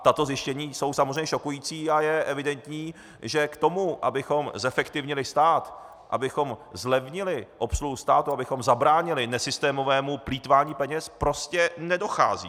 Tato zjištění jsou samozřejmě šokující a je evidentní, že k tomu, abychom zefektivnili stát, abychom zlevnili obsluhu státu, abychom zabránili nesystémovému plýtvání peněz, prostě nedochází.